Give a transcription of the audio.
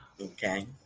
Okay